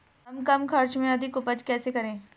हम कम खर्च में अधिक उपज कैसे करें?